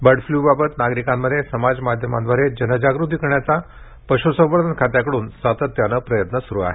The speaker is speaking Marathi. बर्डफ्लूबाबत नागरिकांमध्ये समाज माध्यमांदवारे जनजागृती करण्याचा पश्संवर्धन खात्याकडून सातत्यानं प्रयत्न स्रू आहे